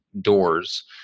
doors